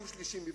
נוהגים.